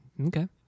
okay